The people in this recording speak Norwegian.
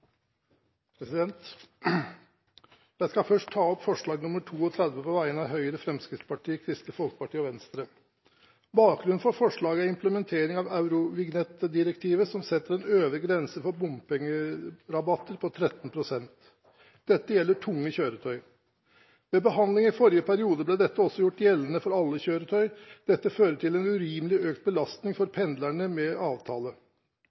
først ta opp forslag nr. 32 på vegne av Høyre, Fremskrittspartiet, Kristelig Folkeparti og Venstre. Bakgrunnen for forslaget er implementering av eurovignettdirektivet, som setter en øvre grense for bompengerabatter på 13 pst. Dette gjelder tunge kjøretøy. Ved behandlingen i forrige periode ble dette også gjort gjeldende for alle kjøretøy. Dette fører til en urimelig økt belastning for pendlerne med avtale.